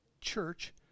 church